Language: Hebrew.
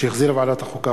שהחזירה ועדת החוקה,